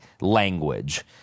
language